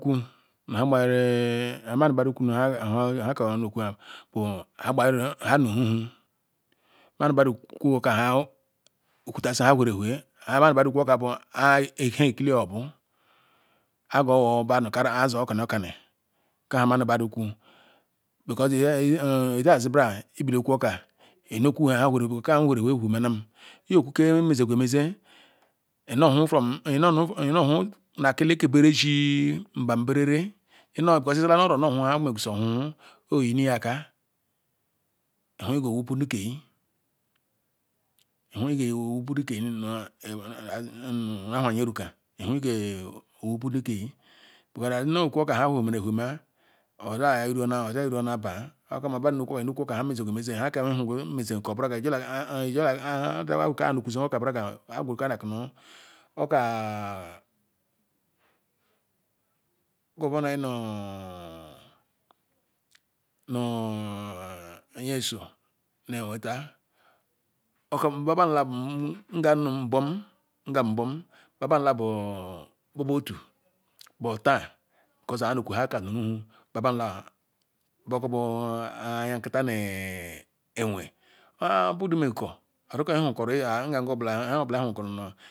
Ku nah nhe ghayiri hemini gbanu ku nheka i-neh-oku bu nhe gbayiri i-noh- ohuhu mani badu ku-okah okutasi nheha way-re-eweh nha mani ku-okah vu nhe ekeh eklcle noh bu iyigo woh badu kara ayizi okoni kah heminu badu ku because inasi bara inoku nhe wele eweh wemanam iyoku ke mezegu emeze inu onu from ino onu from mbahd berele inozosi izila noh oro oneh eyini akah tu njor awah nyeruka owupuri keh wanazi neh ku okah nhe wehmaru ehue oza ira nza iro nza ito nah bah okanu ohe megazi emega ijor eike ham ayigwuruka that nu okah governor ayi nu Nyesom neh- wetah okah bu balu la abor ngam nu mbom ngam mbom la bu otu but tah ayi noh ku nhekam nu nu bu babalaru boh kubu anya nkita ni ekeh ah budu meh kor ihukoro nhe obula ihukoro